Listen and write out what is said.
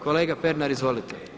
Kolega Pernar izvolite.